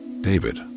David